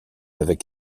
avec